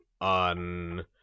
on